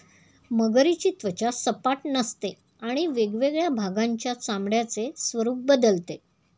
मगरीची त्वचा सपाट नसते आणि वेगवेगळ्या भागांच्या चामड्याचे स्वरूप बदलते